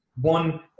one